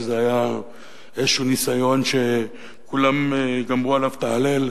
שזה היה איזשהו ניסיון שכולם גמרו עליו את ההלל.